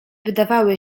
wydawały